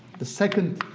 the second,